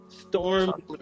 storm